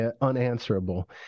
unanswerable